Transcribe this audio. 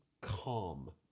calm